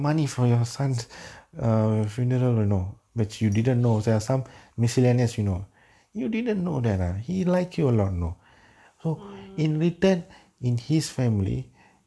mm